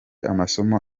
amasomo